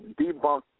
debunk